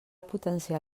potenciar